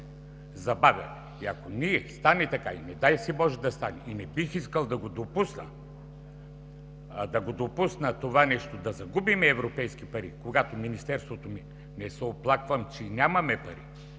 Забавя! И ако стане така, не дай си Боже да стане, и не бих искал да го допусна това нещо – да загубим европейски пари, когато Министерството ми... Не се оплаквам, че нямаме пари.